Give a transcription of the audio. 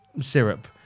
syrup